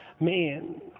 Man